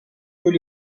tous